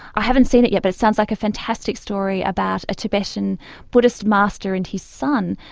i haven't seen it yet but it sounds like a fantastic story about a tibetan buddhist master and his son.